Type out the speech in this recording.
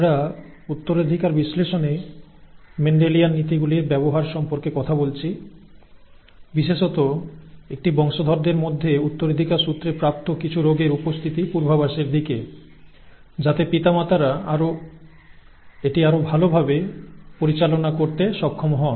আমরা উত্তরাধিকার বিশ্লেষণে মেন্ডেলিয়ান নীতিগুলির ব্যবহার সম্পর্কে কথা বলছি বিশেষত একটি বংশধরদের মধ্যে উত্তরাধিকারসূত্রে প্রাপ্ত কিছু রোগের উপস্থিতির পূর্বাভাসের দিকে যাতে পিতামাতারা এটি আরও ভালভাবে পরিচালনা করতে সক্ষম হন